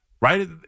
right